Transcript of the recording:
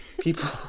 people